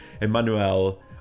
Emmanuel